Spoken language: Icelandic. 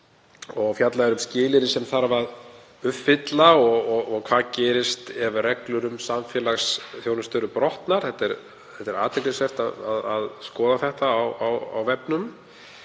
fjallað er um skilyrði sem þarf að uppfylla og hvað gerist ef reglur um samfélagsþjónustu eru brotnar. Það er athyglisvert að skoða þetta á vefnum.